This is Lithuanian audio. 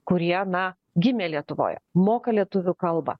kurie na gimė lietuvoje moka lietuvių kalbą